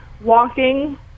walking